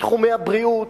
בתחומי הבריאות.